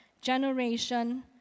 generation